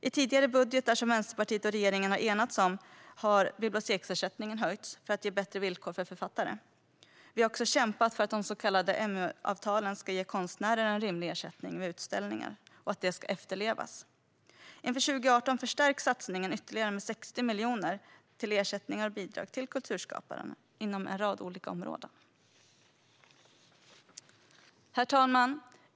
I tidigare budgetar som Vänsterpartiet och regeringen har enats om har biblioteksersättningen höjts för att ge bättre villkor för författare. Vi har också kämpat för att de så kallade MU-avtalen ska ge konstnärer en rimlig ersättning vid utställningar och att detta ska efterlevas. Inför 2018 förstärks satsningen ytterligare med 60 miljoner till ersättningar och bidrag till kulturskapare inom en rad olika områden. Herr talman!